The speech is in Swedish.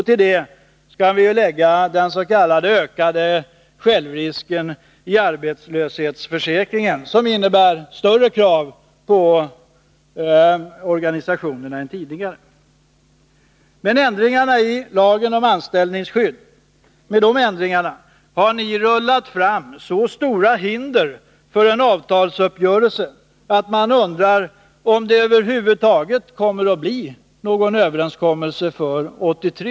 Till det kan läggas den s.k. ökade självrisken i arbetslöshetsförsäkringen, som innebär större krav på organisationerna än tidigare. Med de föreslagna ändringarna i lagen om anställningsskydd har ni rullat fram så stora hinder för en avtalsuppgörelse att man undrar om det över huvud taget kommer att bli någon sådan för 1983.